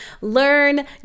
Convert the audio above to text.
learn